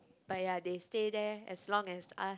but ya they stay there as long as us